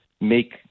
make